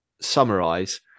summarize